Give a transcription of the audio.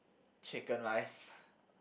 chicken rice